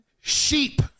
Sheep